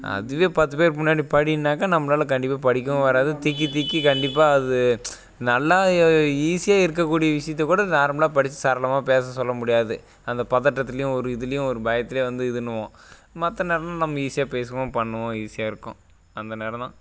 அதுவே பத்து பேருக்கு முன்னாடி பாடினாக்க நம்பளால் கண்டிப்பாக படிக்கவும் வராது திக்கி திக்கி கண்டிப்பாக அது நல்லா ஈஸியாக இருக்கக்கூடிய விஷியத்தை கூட நார்மலாக படிச்சு சரளமாக பேச சொல்ல முடியாது அந்த பதட்டத்துலையும் ஒரு இதுலையும் ஒரு பயத்துலையும் வந்து இதுனுவோம் மற்ற நேரம்னா நம்ம ஈஸியாக பேசுவோம் பண்ணுவோம் ஈஸியாகருக்கும் அந்த நேரம் தான்